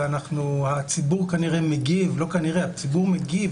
והציבור מגיב